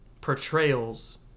portrayals